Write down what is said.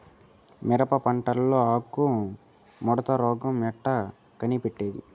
మిరప పంటలో ఆకు ముడత రోగం ఎట్లా కనిపెట్టేది?